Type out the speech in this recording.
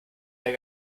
der